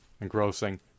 engrossing